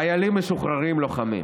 חיילים משוחררים לוחמים,